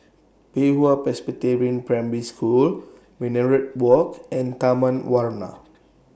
Pei Hwa Presbyterian Prime School Minaret Walk and Taman Warna